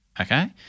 okay